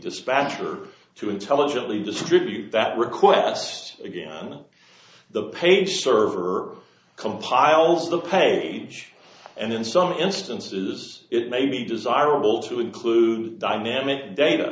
dispatcher to intelligently distribute that request again on the page server compiles the page and in some instances it may be desirable to include dynamic data